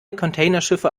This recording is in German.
containerschiffe